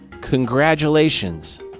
Congratulations